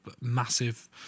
massive